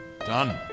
Done